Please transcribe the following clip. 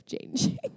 changing